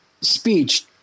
speech